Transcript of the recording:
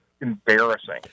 Embarrassing